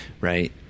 Right